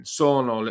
sono